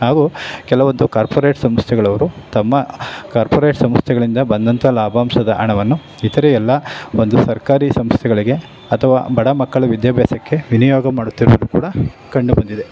ಹಾಗೂ ಕೆಲವೊಂದು ಕಾರ್ಪೊರೇಟ್ ಸಂಸ್ಥೆಗಳವರು ತಮ್ಮ ಕಾರ್ಪೊರೇಟ್ ಸಂಸ್ಥೆಗಳಿಂದ ಬಂದತಹ ಲಾಭಾಂಶದ ಹಣವನ್ನು ಇತರೆ ಎಲ್ಲ ಒಂದು ಸರ್ಕಾರಿ ಸಂಸ್ಥೆಗಳಿಗೆ ಅಥವಾ ಬಡ ಮಕ್ಕಳ ವಿದ್ಯಾಭ್ಯಾಸಕ್ಕೆ ವಿನಿಯೋಗ ಮಾಡುತ್ತಿರುವುದು ಕೂಡ ಕಂಡುಬಂದಿದೆ